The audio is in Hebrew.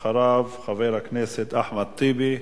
אחריו, חבר הכנסת אחמד טיבי,